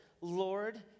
Lord